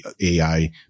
AI